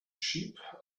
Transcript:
sheep